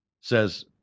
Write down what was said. says